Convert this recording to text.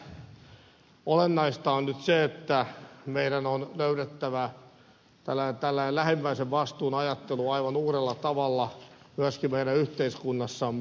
tässä ehkä olennaista on nyt se että meidän on löydettävä tällainen lähimmäisen vastuun ajattelu aivan uudella tavalla myöskin meidän yhteiskunnassamme